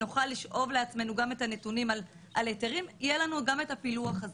נוכל לשאוב לעצמנו גם את הנתונים על היתרים ויהיה לנו גם את הפילוח הזה.